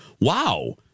wow